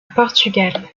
portugal